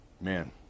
Man